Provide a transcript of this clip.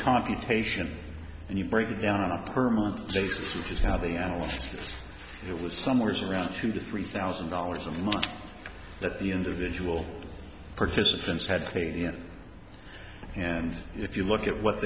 computation and you break it down on a permanent basis which is how the analysts say it was somewhere around two to three thousand dollars a month that the individual participants had paid in and if you look at what